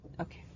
Okay